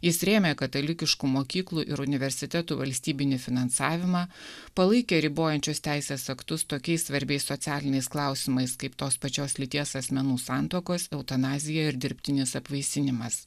jis rėmė katalikiškų mokyklų ir universitetų valstybinį finansavimą palaikė ribojančius teisės aktus tokiais svarbiais socialiniais klausimais kaip tos pačios lyties asmenų santuokos eutanazija ir dirbtinis apvaisinimas